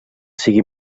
sigui